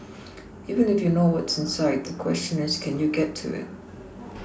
even if you know what's inside the question is can you get to it